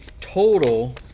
total